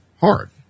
hard